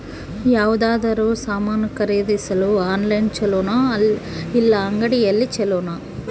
ಯಾವುದಾದರೂ ಸಾಮಾನು ಖರೇದಿಸಲು ಆನ್ಲೈನ್ ಛೊಲೊನಾ ಇಲ್ಲ ಅಂಗಡಿಯಲ್ಲಿ ಛೊಲೊನಾ?